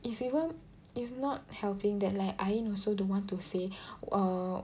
it's even it's not helping that like Ain also don't want to say err